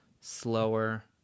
slower